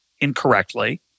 incorrectly